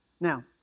Now